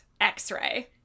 X-Ray